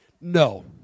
No